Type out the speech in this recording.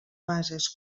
bases